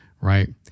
right